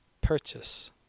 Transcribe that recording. Purchase